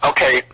Okay